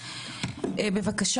בבקשה